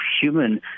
human